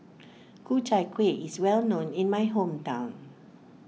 Ku Chai Kuih is well known in my hometown